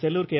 Sellur K